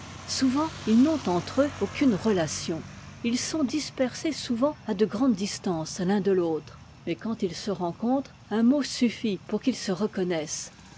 souvent ils n'ont entre eux aucune relation ils sont dispersés souvent à de grandes distances l'un de l'autre mais quand ils se rencontrent un mot suffit pour qu'ils se reconnaissent